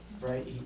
Right